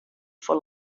for